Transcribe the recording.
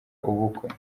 ubukwe